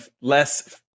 less